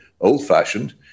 old-fashioned